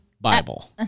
Bible